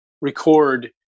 record